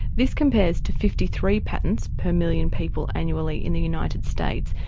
this compares to fifty three patents per million people annually in the united states,